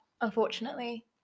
unfortunately